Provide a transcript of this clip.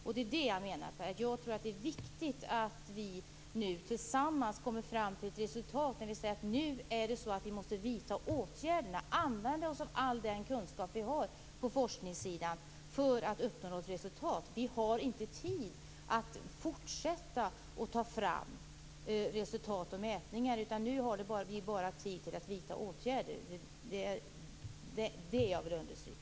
Jag menar, Per Lager, att det är viktigt att vi nu tillsammans kommer fram till resultaten. Vi måste nu vidta åtgärderna, använda oss av all den kunskap som vi har på forskningssidan för att uppnå resultat. Vi har inte tid att fortsätta att ta fram resultat och mätningar. Nu har vi bara tid till att ta fram åtgärder. Det är det jag vill understryka.